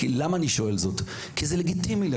אגב לכל בן אדם יש אג׳נדה וזה לגיטימי לחלוטין.